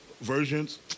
versions